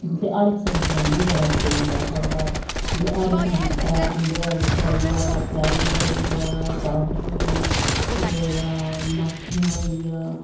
मतलब कि हर इक सब्जी लाना बड़ा शौंक ऐ साढ़े घर हर इक बूह्टा अंबे दा बूहटा होई गेआ चैरी दा होई गेआ स्ट्राबेरी होई गेई फिर ओह्दा नाखें दा होई गेआ